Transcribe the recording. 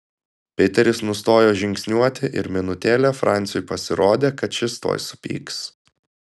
piteris nustojo žingsniuoti ir minutėlę franciui pasirodė kad šis tuoj supyks